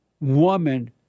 Woman